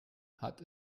hat